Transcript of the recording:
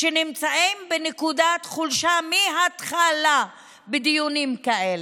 שנמצאים בנקודת חולשה מהתחלה בדיונים כאלה.